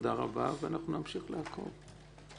רבה ואנחנו נמשיך לעקוב.